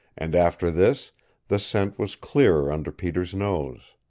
and after this the scent was clearer under peter's nose.